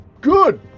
good